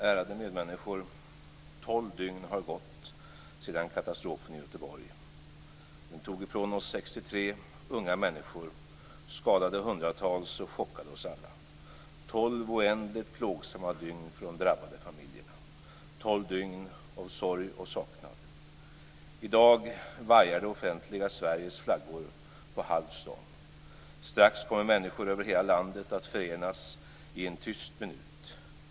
Ärade medmänniskor! Tolv dygn har gått sedan katastrofen i Göteborg. Den tog ifrån oss 63 unga människor, skadade hundratals och chockade oss alla - tolv oändligt plågsamma dygn för de drabbade familjerna, tolv dygn av sorg och saknad. I dag vajar det offentliga Sveriges flaggor på halv stång. Strax kommer människor över hela landet att förenas i en tyst minut.